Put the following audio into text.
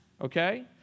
okay